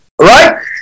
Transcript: right